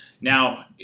now